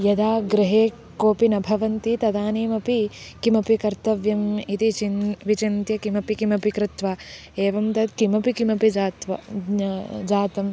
यदा गृहे कोपि न भवति तदानीमपि किमपि कर्तव्यम् इति चिन् विचिन्त्य किमपि किमपि कृत्वा एवं तत् किमपि किमपि जात्वा ज्ञा जातं